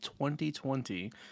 2020